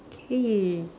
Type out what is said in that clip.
okay